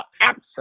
absent